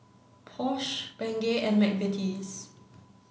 Porsche Bengay and McVitie's